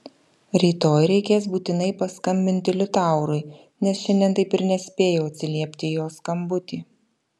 rytoj reikės būtinai paskambinti liutaurui nes šiandien taip ir nespėjau atsiliepti į jo skambutį